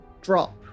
drop